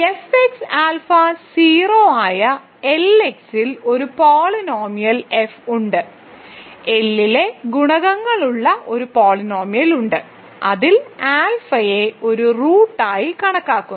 F X alpha 0 ആയ L X ൽ ഒരു പോളിനോമിയൽ എഫ് ഉണ്ട് L ലെ ഗുണകങ്ങളുള്ള ഒരു പോളിനോമിയൽ ഉണ്ട് അതിൽ ആൽഫയെ ഒരു റൂട്ടായി കണക്കാക്കുന്നു